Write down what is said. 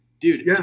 Dude